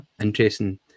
interesting